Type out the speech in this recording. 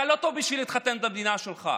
אתה לא טוב בשביל להתחתן במדינה שלך.